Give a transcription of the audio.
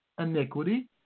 iniquity